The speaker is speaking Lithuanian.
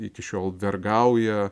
iki šiol vergauja